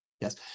Yes